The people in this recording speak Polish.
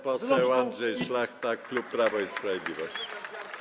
Pan poseł Andrzej Szlachta, klub Prawo i Sprawiedliwość.